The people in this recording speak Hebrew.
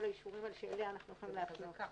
האישורים האלה שאליה אנחנו יכולים להפנות.